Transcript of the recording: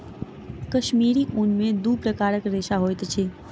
कश्मीरी ऊन में दू प्रकारक रेशा होइत अछि